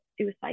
suicide